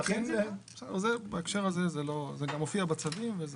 זה גם מופיע בצווים.